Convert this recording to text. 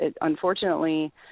unfortunately